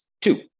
Two